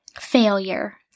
Failure